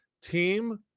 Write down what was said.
team